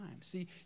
See